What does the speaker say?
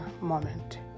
moment